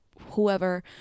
whoever